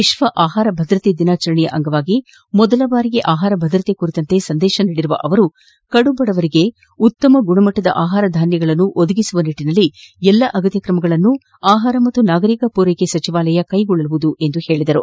ವಿಶ್ವ ಆಹಾರ ಭದ್ರತಾ ದಿನಾಚರಣೆಯ ಅಂಗವಾಗಿ ಮೊದಲ ಬಾರಿಗೆ ಆಹಾರ ಭದ್ರತೆ ಕುರಿತಂತೆ ಸಂದೇಶ ನೀಡಿರುವ ಅವರು ಕಡುಬಡವರಿಗೆ ಉತ್ತಮ ಗುಣಮಟ್ಟದ ಆಪಾರ ಧಾನ್ಯಗಳನ್ನು ಒದಗಿಸುವ ನಿಟ್ಟನಲ್ಲಿ ಎಲ್ಲ ಆಗತ್ಯ ತ್ರಮಗಳನ್ನು ಆಪಾರ ಮತ್ತು ನಾಗರಿಕರ ಪೂರೈಕೆ ಸಚಿವಾಲಯ ಕೈಗೊಳ್ಳಲಿದೆ ಎಂದರು